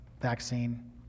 vaccine